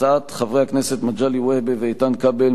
הצעות חברי הכנסת מגלי והבה ואיתן כבל,